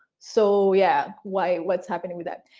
so yeah, why what's happening with that.